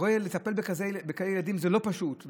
הרי לטפל בכאלה ילדים זה לא פשוט,